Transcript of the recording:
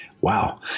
Wow